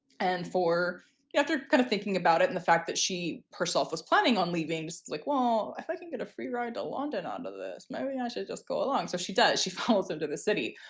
and for after kind of thinking about it in the fact that she herself was planning on leaving just like, well, if i can get a free ride to london on to this, maybe i should just go along. so she does, she follows him to the city.